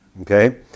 okay